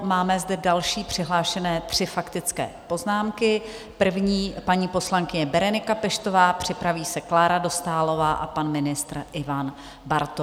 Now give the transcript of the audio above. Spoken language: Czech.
Máme zde další přihlášené tři faktické poznámky, první paní poslankyně Berenika Peštová, připraví se Klára Dostálová a pan ministr Ivan Bartoš.